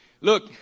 Look